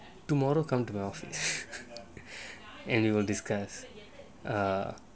tomorrow come to my office and we will discuss err